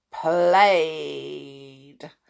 played